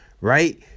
Right